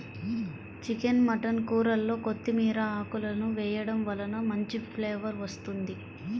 chicken mutton కూరల్లో కొత్తిమీర ఆకులను వేయడం వలన మంచి ఫ్లేవర్ వస్తుంది